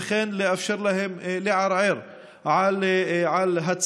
וכן לאפשר להם לערער על הציון.